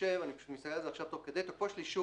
"האישור